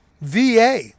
VA